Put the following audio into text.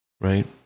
Right